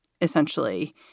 essentially